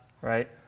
right